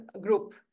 group